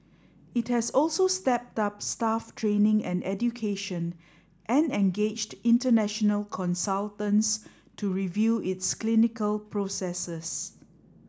it has also stepped up staff training and education and engaged international consultants to review its clinical processes